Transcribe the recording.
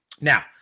Now